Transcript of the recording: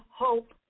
hope